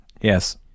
Yes